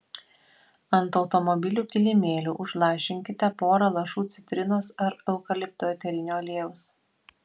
ant automobilių kilimėlių užlašinkite porą lašų citrinos ar eukalipto eterinio aliejaus